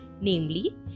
namely